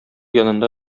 янында